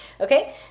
Okay